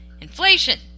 inflation